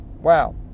Wow